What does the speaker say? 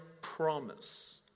promise